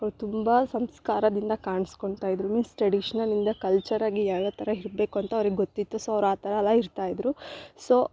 ಅವ್ರು ತುಂಬ ಸಂಸ್ಕಾರದಿಂದ ಕಾಣಿಸ್ಕೊತ ಇದ್ರು ಮೀನ್ಸ್ ಟ್ರಡಿಷ್ನಲ್ಲಿಂದ ಕಲ್ಚರಾಗಿ ಯಾವ್ಯಾವ ಥರ ಇರಬೇಕು ಅಂತ ಅವ್ರಿಗೆ ಗೊತ್ತಿತ್ತು ಸೊ ಅವ್ರು ಆ ಥರ ಅಲ ಇರ್ತಾಯಿದ್ರು ಸೊ